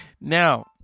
Now